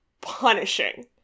punishing